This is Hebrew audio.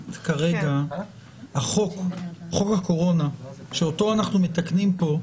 חוק הקורונה שאותו אנו מתקנים פה,